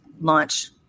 launch